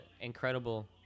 incredible